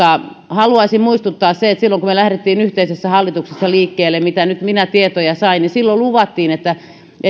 haluaisin muistuttaa siitä että silloin kun me lähdimme yhteisessä hallituksessa liikkeelle mitä nyt minä tietoja sain niin silloin luvattiin